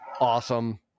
awesome